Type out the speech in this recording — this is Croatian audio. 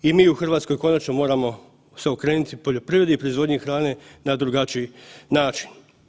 I mi u Hrvatskoj konačno se moramo okrenuti poljoprivredi i proizvodnji hrane na drugačiji način.